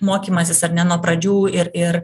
mokymasis ar ne nuo pradžių ir ir